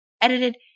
edited